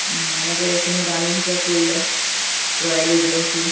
এনেকৈ এইখিনি দামীৰ ভিতৰত পৰিলে ৰয়েল ৰিজেঞ্চি